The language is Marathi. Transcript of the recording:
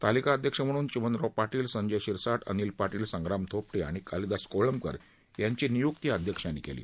तालिका अध्यक्ष म्हणून चिमणराव पाटील संजय शिरसाठ अनिल पाटील संग्राम थोपटे आणि कालीदास कोळंबकर यांची निय्क्ती अध्यक्षांनी केली